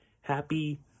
happy